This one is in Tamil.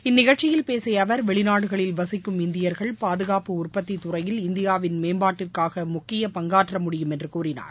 இந்நிகழ்ச்சியில் பேசிய அவர் வெளிநாடுகளில் வசிக்கும் இந்தியர்கள் பாதுகாப்பு உற்பத்தி துறையில் இந்தியாவின் மேம்பாட்டிற்காக முக்கிய பங்காற்ற முடியும் என்று கூறினார்